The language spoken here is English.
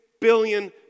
billion